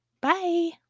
Bye